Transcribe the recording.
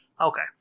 Okay